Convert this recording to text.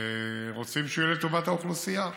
רוצים שהוא יהיה לטובת האוכלוסייה,